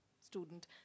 student